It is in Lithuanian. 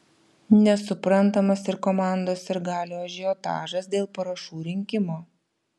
nesuprantamas ir komandos sirgalių ažiotažas dėl parašų rinkimo